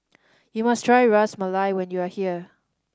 you must try Ras Malai when you are here